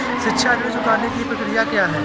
शिक्षा ऋण चुकाने की प्रक्रिया क्या है?